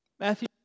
Matthew